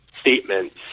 statements